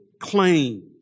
claim